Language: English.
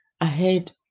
ahead